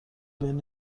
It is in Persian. بین